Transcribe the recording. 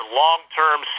long-term